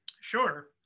Sure